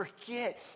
forget